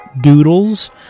Doodles